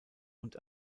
und